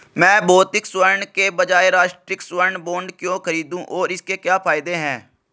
मैं भौतिक स्वर्ण के बजाय राष्ट्रिक स्वर्ण बॉन्ड क्यों खरीदूं और इसके क्या फायदे हैं?